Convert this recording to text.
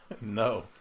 No